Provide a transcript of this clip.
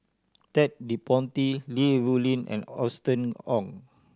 Ted De Ponti Li Rulin and Austen Ong